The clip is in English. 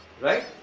right